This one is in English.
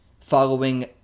following